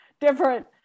different